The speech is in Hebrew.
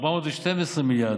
412 מיליארד,